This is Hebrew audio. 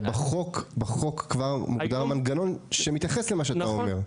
בחוק כבר מוגדר מנגנון שמתייחס למה שאתה אומר.